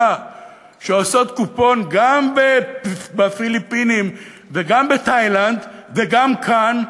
שעושות קופון גם בפיליפינים וגם בתאילנד וגם כאן,